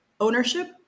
ownership